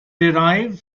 derived